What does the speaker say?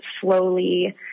slowly